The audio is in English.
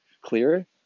clearer